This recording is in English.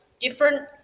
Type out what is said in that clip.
different